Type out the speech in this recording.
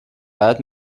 بعد